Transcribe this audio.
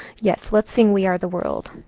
yes, let's sing, we are the world.